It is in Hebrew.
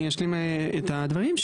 אני אשלים את הדברים.